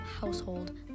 household